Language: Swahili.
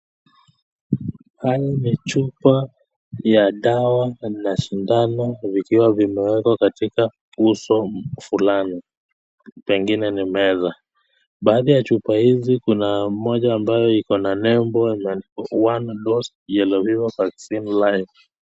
Hayo ni chupa ya dawa na sindano vikiwa vimewekwa katika uso fulani pengine ni meza, baadhi ya chupa hizi kuna moja ambayo iko na nembo la one dose yellow fever vaccine vile .